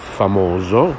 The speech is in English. famoso